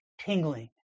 tingling